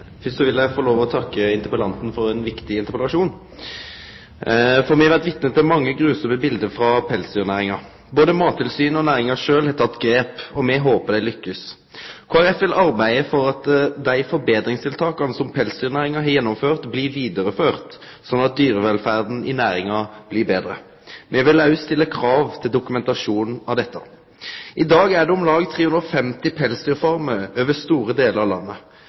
Først vil eg få lov til å takke interpellanten for ein viktig interpellasjon. For me har vore vitne til mange grufulle bilete frå pelsdyrnæringa. Både Mattilsynet og næringa sjølv har teke grep, og me håpar at dei lykkast. Kristeleg Folkeparti vil arbeide for at dei forbetringstiltaka som pelsdyrnæringa har gjennomført, blir vidareført, slik at dyrevelferda i næringa blir betre. Me vil også stille krav til dokumentasjon av dette. I dag er det om lag 350 pelsdyrfarmar over store delar av landet.